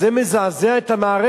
אז זה מזעזע את המערכת,